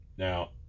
Now